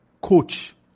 coach